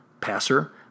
passer